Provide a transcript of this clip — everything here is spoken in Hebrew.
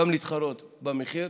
גם להתחרות במחיר,